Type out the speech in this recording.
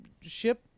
ship